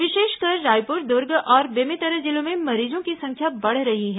विशेषकर रायपुर दुर्ग और बेमेतरा जिलों में मरीजों की संख्या बढ़ रही है